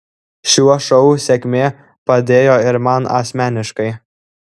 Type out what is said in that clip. šio šou sėkmė padėjo ir man asmeniškai